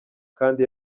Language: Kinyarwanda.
kandi